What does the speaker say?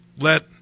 let